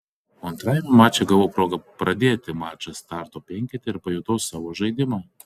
o antrajame mače gavau progą pradėti mačą starto penkete ir pajutau savo žaidimą